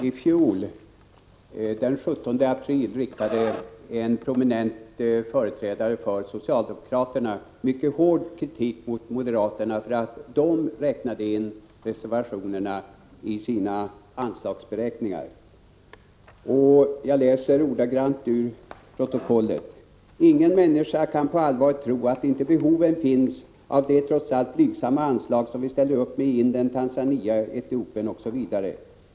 Fru talman! Den 17 april i fjol riktade en prominent företrädare för socialdemokraterna mycket hård kritik mot moderaterna för att de räknade in reservationerna i sina anslagsberäkningar. Jag läser ordagrant ur protokollet: ”Ingen människa kan på allvar tro att inte behoven finns av de trots allt blygsamma anslag som vi ställer upp med i Indien, Tanzania, Etiopien osv.